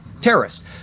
Terrorist